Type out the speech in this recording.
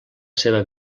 seva